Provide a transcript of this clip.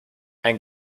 ein